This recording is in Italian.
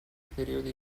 periodi